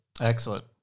Excellent